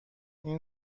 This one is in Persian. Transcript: این